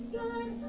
good